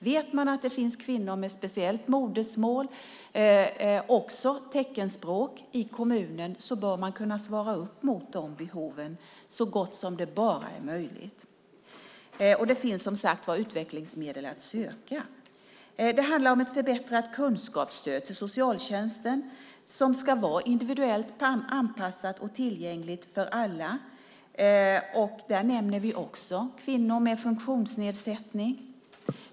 Vet man att det finns kvinnor med ett speciellt modersmål, också teckenspråk, i kommunen bör man kunna svara mot de behoven så gott som det bara är möjligt. Det finns som sagt utvecklingsmedel att söka. Det handlar om förbättrat kunskapsstöd till socialtjänsten, som ska vara individuellt anpassat och tillgängligt för alla. Där nämner vi också kvinnor med funktionsnedsättning.